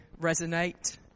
resonate